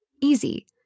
Easy